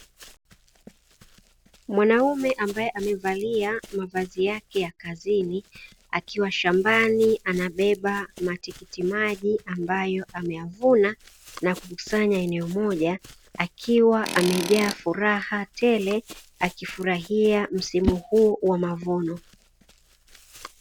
Mwanaume ambaye amevalia mavazi yake ya kazini, akiwa shambani anabeba matikiti maji ambayo ameyavuna na kukusanya eneo moja, akiwa amejaa furaha tele akifurahia msimu huu wa mavuno.